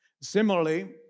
Similarly